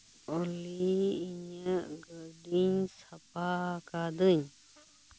ᱚᱱᱞᱤ ᱤᱧᱟᱹᱜ ᱜᱟᱹᱰᱤᱧ ᱥᱟᱯᱷᱟ ᱠᱟᱫᱟᱹᱧ